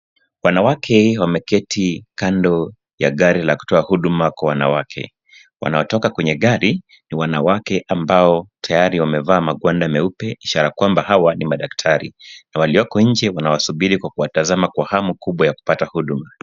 Wanawake wameketi kando ya gari la kutoa huduma kwa wanawake. Wanaotoka kwenye gari ni wanawake ambao tayari wamevaa magwanda meupe, ishara kwamba hawa ni madaktari. Na walioko nje wanawasubiri kwa kuwatazama kwa hamu kubwa ya kupata huduma.